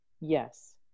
Yes